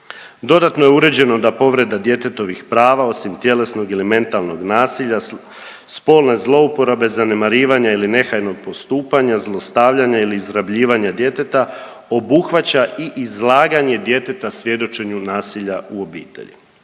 Dodatno je uređeno da povreda djetetovih prava osim tjelesnog ili mentalnog nasilja, spolne zlouporabe, zanemarivanja ili nehajnog postupanja, zapostavljanja ili izrabljivanja djeteta obuhvaća i izlaganje djeteta svjedočenju nasilja u obitelji.